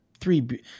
three